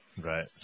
Right